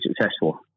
successful